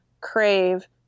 crave